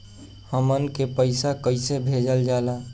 हमन के पईसा कइसे भेजल जाला?